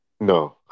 No